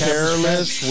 Careless